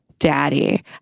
Daddy